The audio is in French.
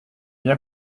bien